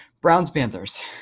Browns-Panthers